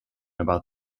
about